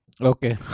Okay